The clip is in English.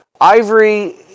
Ivory